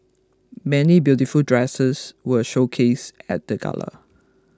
many beautiful dresses were showcased at the gala